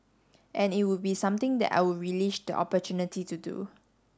and it would be something that I would relish the opportunity to do